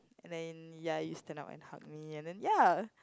and then ya he stand up and hug me and then ya